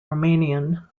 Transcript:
romanian